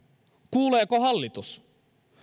kuuleeko hallitus